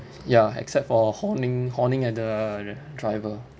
ya except for horning horning at the driver